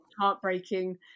heartbreaking